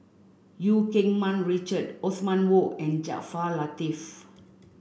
Eu Keng Mun Richard Othman Wok and Jaafar Latiff